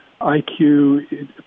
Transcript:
IQ